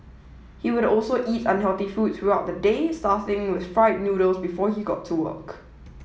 he would also eat unhealthy food throughout the day starting with fried noodles before he got to work